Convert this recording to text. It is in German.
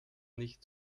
nicht